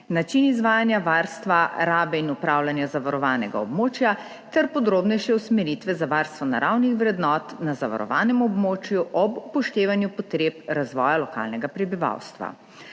način izvajanja varstva, rabe in upravljanja zavarovanega območja ter podrobnejše usmeritve za varstvo naravnih vrednot na zavarovanem območju ob upoštevanju potreb razvoja lokalnega prebivalstva.